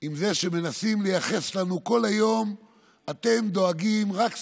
עם זה שמנסים לייחס לנו: אתם דואגים רק סקטוריאלית,